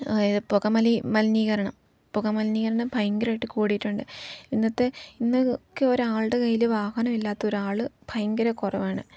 പുകമലി മലിനീകരണം പുക മലിനീകരണം ഭയങ്കരമായിട്ട് കൂടിയിട്ടുണ്ട് ഇന്നത്തെ ഇന്നൊക്കെ ഒരാളുടെ കയ്യിൽ വാഹനമല്ലാത്ത ഒരാൾ ഭയങ്കര കുറവാണ്